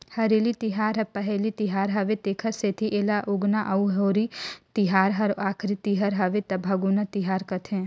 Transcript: हरेली तिहार हर पहिली तिहार हवे तेखर सेंथी एला उगोना अउ होरी तिहार हर आखरी तिहर हवे त भागोना तिहार कहथें